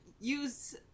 use